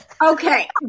Okay